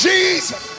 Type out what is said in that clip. Jesus